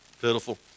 pitiful